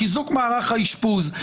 חיזוק מערך האשפוז,